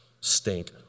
stink